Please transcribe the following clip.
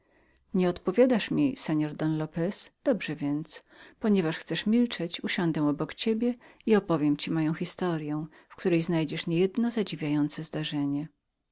nie odpowiadasz mi seor don lopez dobrze więc ponieważ chcesz milczeć usiędę obok ciebie i opowiem ci moją historyę w której znajdziesz niektóre zadziwiające zdarzenia